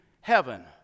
heaven